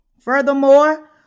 Furthermore